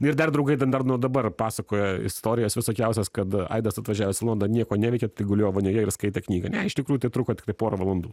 ir dar draugai ten dar nuo dabar pasakoja istorijas visokiausias kada aidas atvažiavęs į londoną nieko neveikė tik gulėjo vonioje ir skaitė knygą ne iš tikrų tai truko tiktai porą valandų